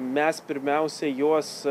mes pirmiausia juos